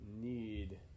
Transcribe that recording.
need